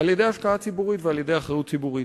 על-ידי השקעה ציבורית ועל-ידי אחריות ציבורית.